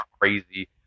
Crazy